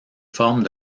formes